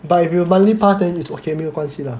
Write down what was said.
but if you monthly pass then it's okay 没有关系了